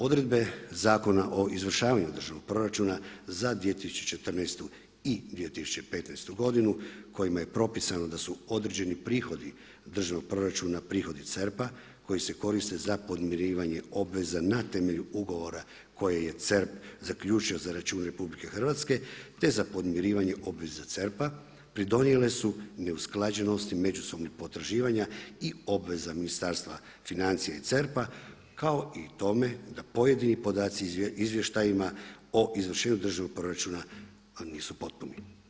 Odredbe Zakona o izvršavanju državnog proračuna za 2014. i 2015. godinu kojima je propisano da su određeni prihodi državnog proračuna, prihodi CERP-a koji se koriste za podmirivanje obveza na temelju ugovora koje je CERP zaključio za račun Republike Hrvatske, te za podmirivanje obveza CERP-a pridonijele su neusklađenosti međusobnih potraživanja i obveza Ministarstva financija i CERP-a kao i tome da pojedini podaci izvještajima o izvršenju državnog proračuna nisu potpuni.